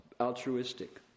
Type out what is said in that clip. altruistic